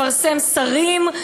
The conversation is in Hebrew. לפרסם שרים,